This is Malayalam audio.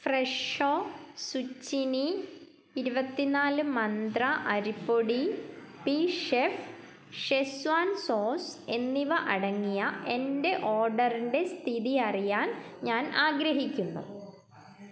ഫ്രെഷോ സുച്ചിനി ഇരുപത്തിനാല് മന്ത്ര അരിപ്പൊടി ബിഷെഫ് ഷെസ്വാൻ സോസ് എന്നിവ അടങ്ങിയ എന്റെ ഓർഡറിന്റെ സ്ഥിതി അറിയാൻ ഞാൻ ആഗ്രഹിക്കുന്നു